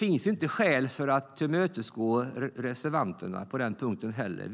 inte finns skäl att tillmötesgå reservanterna på den punkten heller.